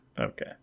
Okay